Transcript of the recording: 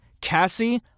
Cassie